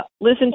listen